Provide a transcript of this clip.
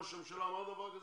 ראש הממשלה אמר דבר כזה?